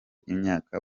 imyaka